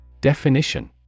Definition